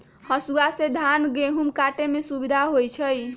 हसुआ से धान गहुम काटे में सुविधा होई छै